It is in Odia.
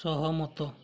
ସହମତ